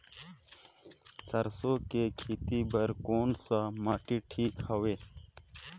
सरसो के खेती बार कोन सा माटी ठीक हवे?